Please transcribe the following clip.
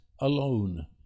alone